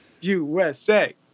USA